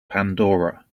pandora